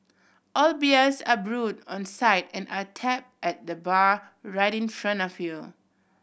all beers are brewed on site and are tap at the bar right in front of you